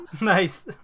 Nice